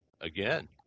again